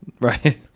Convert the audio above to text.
Right